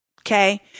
okay